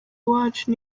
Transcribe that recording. wacu